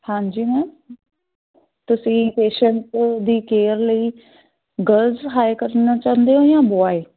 ਹਾਂਜੀ ਮੈਮ ਤੁਸੀਂ ਪੇਸ਼ੰਟ ਦੀ ਕੇਅਰ ਲਈ ਗਰਲਸ ਹਾਇਰ ਕਰਨਾ ਚਾਹੁੰਦੇ ਹੋ ਜਾਂ ਬੋਆਏ